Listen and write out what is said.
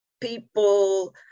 people